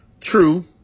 True